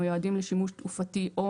המיועדים לשימוש תעופתי או